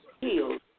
healed